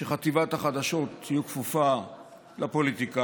שחטיבת החדשות תהיה כפופה לפוליטיקאים,